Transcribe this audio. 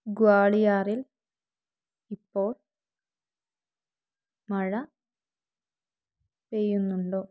ഗ്വാളിയാറിൽ ഇപ്പോൾ മഴ പെയ്യുന്നുണ്ടോ